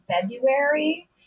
February